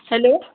hello